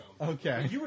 Okay